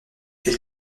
elle